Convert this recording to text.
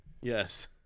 Yes